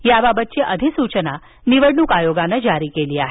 त्याबाबतची अधिसूचना निवडणूक आयोगानं जारी केली आहे